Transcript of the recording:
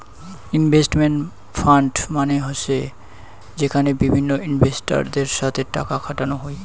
investment fund মানে হসে যেখানে বিভিন্ন ইনভেস্টরদের সাথে টাকা খাটানো হই